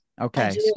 Okay